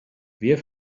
wir